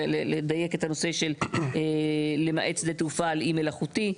לדייק את הנושא של למעט שדה תעופה על אי מלאכותי.